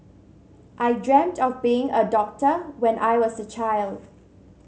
I dreamt of being a doctor when I was a child